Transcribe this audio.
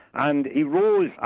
and he rose,